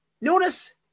Notice